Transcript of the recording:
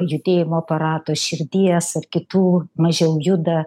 judėjimo aparato širdies ar kitų mažiau juda